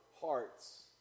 hearts